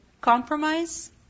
compromise